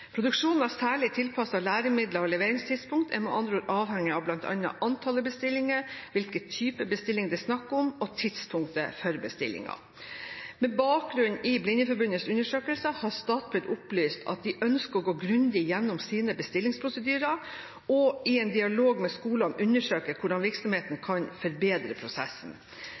Produksjonen av særlig tilpassede læremidler og leveringstidspunkt er med andre ord avhengig av bl.a. antallet bestillinger, hvilken type bestilling det er snakk om og tidspunktet for bestillingen. Med bakgrunn i Blindeforbundets undersøkelse har Statped opplyst at de ønsker å gå grundig gjennom sine bestillingsprosedyrer, og at de i en dialog med skolene vil undersøke hvordan virksomheten